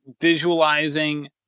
visualizing